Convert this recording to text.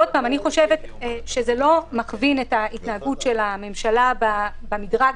אני חושבת שזה לא מכווין את ההתנהגות של הממשלה במדרג.